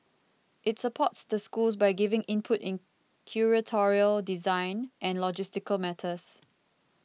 it supports the schools by giving input in curatorial design and logistical matters